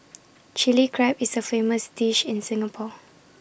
Chilli Crab is A famous dish in Singapore